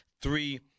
three